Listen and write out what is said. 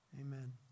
Amen